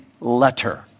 letter